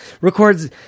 Records